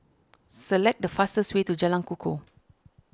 select the fastest way to Jalan Kukoh